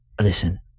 Listen